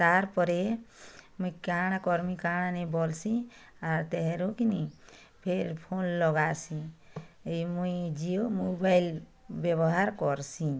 ତାର ପରେ ମୁଇଁ କାଣା କରମି କାଣା ନେଇଁ ବୋଲସିଁ ଆର ତେରୁ କି ନେଇଁ ଫେର ଫୋନ ଲଗାସିଁ ଏଇ ମୁଇଁ ଜିଓ ମୋବାଇଲ ବ୍ୟବହାର କରସିଁ